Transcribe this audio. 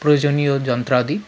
প্রয়োজনীয় যন্ত্রাদি